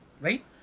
right